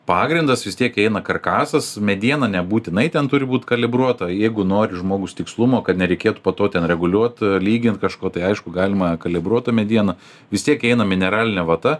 pagrindas vis tiek eina karkasas mediena nebūtinai ten turi būt kalibruota jeigu nori žmogus tikslumo kad nereikėtų po to ten reguliuot lygint kažko tai aišku galima kalibruotą medieną vis tiek eina mineralinė vata